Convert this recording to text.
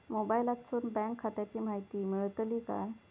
मोबाईलातसून बँक खात्याची माहिती मेळतली काय?